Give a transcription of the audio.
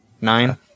Nine